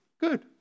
good